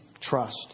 Trust